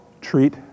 treat